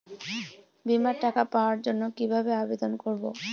বিমার টাকা পাওয়ার জন্য কিভাবে আবেদন করব?